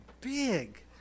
big